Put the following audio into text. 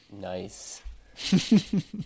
Nice